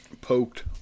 Poked